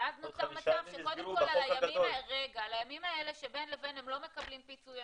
ואז נוצר מצב שקודם כל על הימים האלה שבין לבין הם לא מקבלים פיצוי,